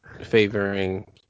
favoring